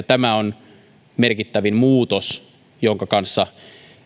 tämä on merkittävin muutos jonka kanssa